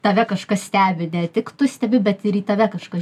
tave kažkas stebi ne tik tu stebi bet ir į tave kažkas